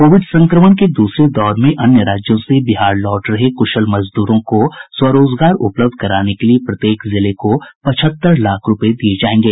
Covid संक्रमण के दूसरे दौर में अन्य राज्यों से बिहार लौट रहे कुशल मजदूरों को स्वरोजगार उपलब्ध कराने के लिये प्रत्येक जिले को पचहत्तर लाख रूपये दिये जायेंगे